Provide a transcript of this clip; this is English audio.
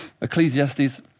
Ecclesiastes